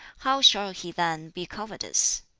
how shall he then be covetous?